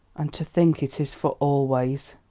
and to think it is for always!